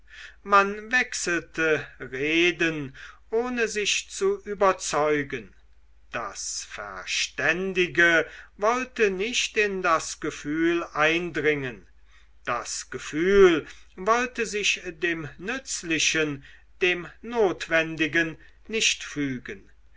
man wechselte reden ohne sich zu überzeugen das verständige wollte nicht in das gefühl eindringen das gefühlte wollte sich dem nützlichen dem notwendigen nicht fügen